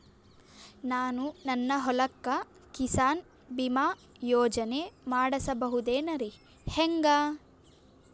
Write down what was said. ನಾನು ನನ್ನ ಹೊಲಕ್ಕ ಕಿಸಾನ್ ಬೀಮಾ ಯೋಜನೆ ಮಾಡಸ ಬಹುದೇನರಿ ಹೆಂಗ?